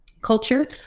culture